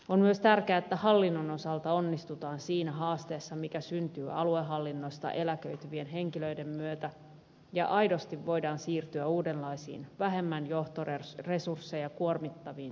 on myös tärkeää että hallinnon osalta onnistutaan siinä haasteessa mikä syntyy aluehallinnosta eläköityvien henkilöiden myötä ja aidosti voidaan siirtyä uudenlaisiin vähemmän johtoresursseja kuormittaviin toimintatapoihin